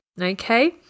Okay